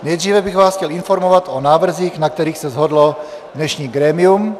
Nejdříve bych vás chtěl informovat o návrzích, na kterých se shodlo dnešní grémium.